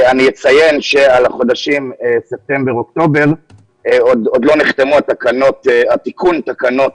אני אציין שעבור החודשים ספטמבר ואוקטובר עוד לא נחתם התיקון לתקנות